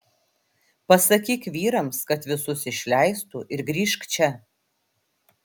pasakyk vyrams kad visus išleistų ir grįžk čia